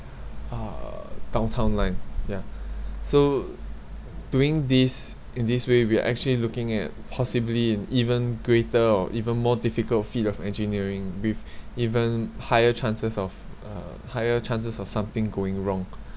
uh downtown line ya so doing this in this way we are actually looking at possibly an even greater or even more difficult feat of engineering with even higher chances of uh higher chances of something going wrong